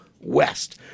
west